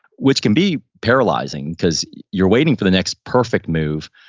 which can be paralyzing because you're waiting for the next perfect move,